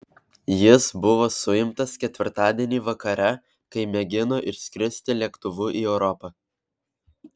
jis buvo suimtas ketvirtadienį vakare kai mėgino išskristi lėktuvu į europą